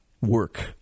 work